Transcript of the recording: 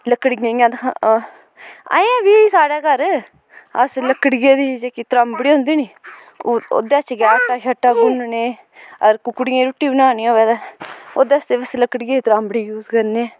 लकड़िये दे हियां अजें बी साढ़ै घर अस लकड़िये दी जेह्की त्रांबड़ी होंदी नी ओह्दे च गै आटा छाटा गुन्नने अगर कुकडियें रुट्टी बनानी होऐ तां ओह्दे आस्तै बी अस लकड़ियै दी त्रांबड़ी यूज करने